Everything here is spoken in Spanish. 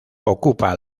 ocupa